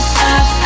up